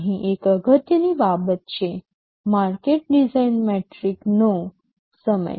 અહીં એક અગત્યની બાબત છે માર્કેટ ડિઝાઇન મેટ્રિકનો સમય